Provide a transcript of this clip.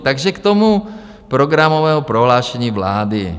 Takže k tomu programovému prohlášení vlády.